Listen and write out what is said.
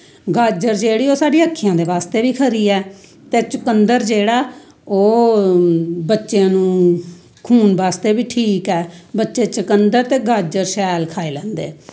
गाजर जेह्ड़ी ऐ ओह् साढ़ी अक्खियां दे बास्ते बी खरी ऐ ते चुकंद्दर जेह्ड़ा ओह् बच्चें नू खून बास्ते बी ठीक ऐ बच्चे चकंद्दर ते गाजर ठीक खाई लैंदे